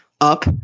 up